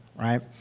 right